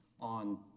on